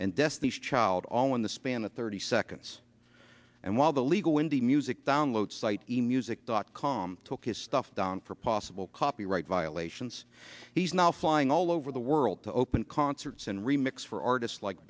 and destiny's child all in the span of thirty seconds and while the legal indie music downloads site the music dot com took his stuff down for a possible copyright violations he's now flying all over the world to open concerts and re mix for artists like